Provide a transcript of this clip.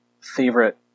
favorite